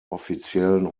offiziellen